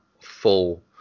full